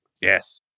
Yes